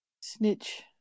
snitch